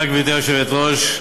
גברתי היושבת-ראש,